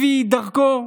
לפי דרכו.